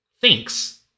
thinks